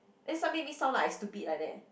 then some make me sound like I stupid like that